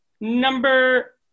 Number